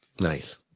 Nice